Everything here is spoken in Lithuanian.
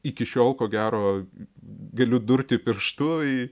iki šiol ko gero galiu durti pirštu į